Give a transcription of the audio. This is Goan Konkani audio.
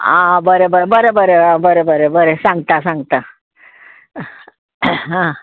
आं बरें बरें बरें बरें आं बरें बरें बरें सांगता सांगता आं